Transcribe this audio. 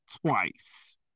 twice